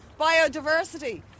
biodiversity